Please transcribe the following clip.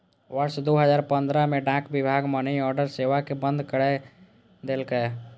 वर्ष दू हजार पंद्रह मे डाक विभाग मनीऑर्डर सेवा कें बंद कैर देलकै